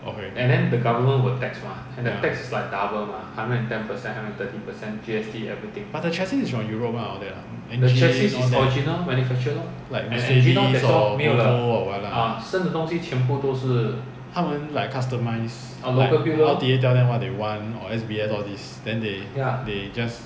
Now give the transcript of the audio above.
but the chassis is from europe lah all that lah engine all that mercedes or volvo or what 他们 like customize L_T_A tell them what they want or S_B_S all these then they they just